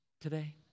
today